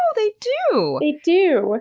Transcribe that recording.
so they do! they do.